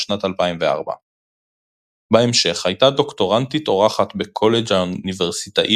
בשנת 2004. בהמשך הייתה דוקטורנטית אורחת בקולג' האוניברסיטאי